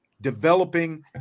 developing